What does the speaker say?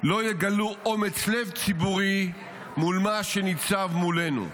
לא יגלו אומץ ציבורי מול מה שניצב מולנו.